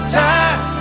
time